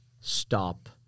stop